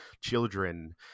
children